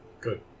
Good